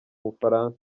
bufaransa